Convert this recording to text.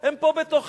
הם פה בתוכנו,